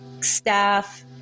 staff